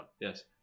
yes